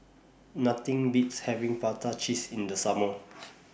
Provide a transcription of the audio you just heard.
Nothing Beats having Prata Cheese in The Summer